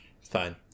fine